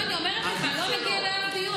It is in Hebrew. לא, אני אומרת לך, לא מגיע לאף דיון.